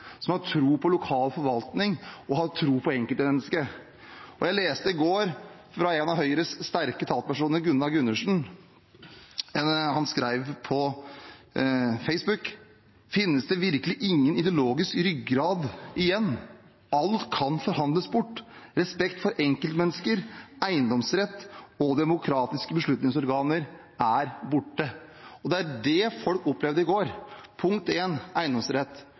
som har tro på lokal forvaltning, og som har tro på enkeltmennesket. En av Høyres sterke talspersoner, Gunnar Gundersen, skrev i går på Facebook: «Det finnes ingen ideologisk ryggrad igjen. Alt kan forhandles bort. Respekt for enkeltmennesker, eiendomsrett og demokratiets beslutningsorganer er borte.» Det er det folk opplevde i går. Punkt én, eiendomsrett: Det er klart at når det blir en